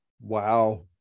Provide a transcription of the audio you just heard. Wow